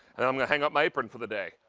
and um yeah hang up the apron for the day,